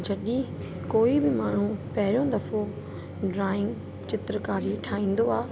जॾहिं कोई बि माण्हू पहिरियों दफ़ो ड्रॉइंग चित्रकारी ठाहींदो आहे